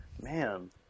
man